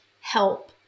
help